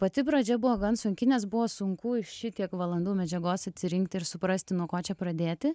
pati pradžia buvo gan sunki nes buvo sunku šitiek valandų medžiagos atsirinkti ir suprasti nuo ko čia pradėti